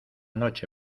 noche